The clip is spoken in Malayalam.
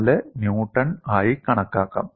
54 ന്യൂട്ടൺ ആയി കണക്കാക്കാം